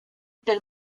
del